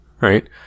right